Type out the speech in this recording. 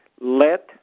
let